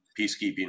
peacekeeping